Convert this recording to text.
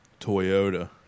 Toyota